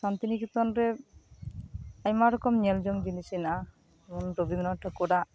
ᱥᱟᱱᱛᱤᱱᱤᱠᱮᱛᱚᱱ ᱨᱮ ᱟᱭᱢᱟᱨᱚᱠᱚᱢ ᱧᱮᱞᱡᱚᱝ ᱡᱤᱱᱤᱥ ᱦᱮᱱᱟᱜᱼᱟ ᱨᱚᱵᱤᱱᱫᱨᱚᱱᱟᱛᱷ ᱴᱷᱟᱠᱩᱨᱟᱜ